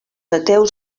ateus